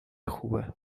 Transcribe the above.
خوبه